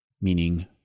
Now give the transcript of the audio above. Meaning